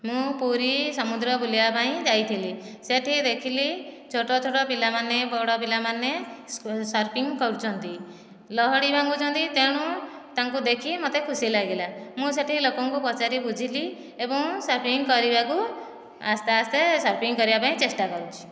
ମୁଁ ପୁରୀ ସମୁଦ୍ର ବୁଲିବା ପାଇଁ ଯାଇଥିଲି ସେଠି ଦେଖିଲି ଛୋଟ ଛୋଟ ପିଲାମାନେ ବଡ଼ ପିଲାମାନେ ସର୍ପିଂ କରୁଛନ୍ତି ଲହଡ଼ି ଭାଙ୍ଗୁଚନ୍ତି ତେଣୁ ତାଙ୍କୁ ଦେଖି ମୋତେ ଖୁସି ଲାଗିଲା ମୁଁ ସେଠି ଲୋକଙ୍କୁ ପଚାରି ବୁଝିଲି ଏବଂ ସର୍ପିଂ କରିବାକୁ ଆସ୍ତେ ଆସ୍ତେ ସର୍ପିଂ କରିବା ପାଇଁ ଚେଷ୍ଟା କରୁଛି